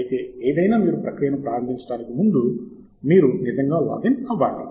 అయితే ఏదైనా మీరు ప్రక్రియను ప్రారంభించడానికి ముందు మీరు నిజంగా లాగిన్ అవ్వాలి